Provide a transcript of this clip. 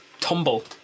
tumble